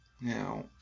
Now